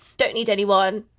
don't need anyone,